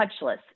touchless